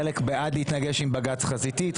חלק בעד להתנגש עם בג"צ חזיתית,